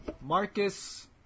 Marcus